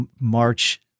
march